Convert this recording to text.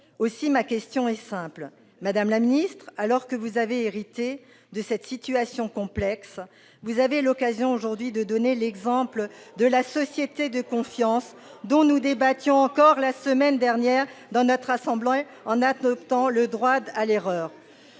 aussi ma question est simple. Madame la ministre, alors que vous avez hérité de cette situation complexe, vous avez l'occasion aujourd'hui de donner l'exemple de la société de confiance dont nous débattions encore la semaine dernière dans notre assemblée en adoptant le droit à l'erreur.